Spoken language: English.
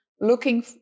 looking